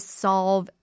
solve